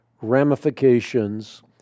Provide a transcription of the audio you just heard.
ramifications